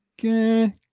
Okay